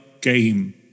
game